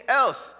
else